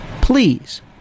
Please